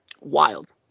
wild